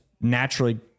naturally